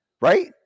Right